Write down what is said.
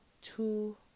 two